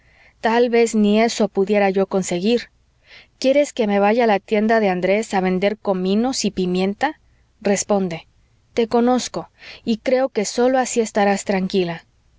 tal vez ni eso pudiera yo conseguir quieres que me vaya a la tienda de andrés a vender cominos y pimienta responde te conozco y creo que sólo así estarás tranquila